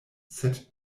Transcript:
sed